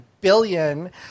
billion